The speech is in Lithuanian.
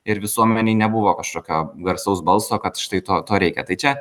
ir visuomenėj nebuvo kažkokio garsaus balso kad štai to to reikia tai čia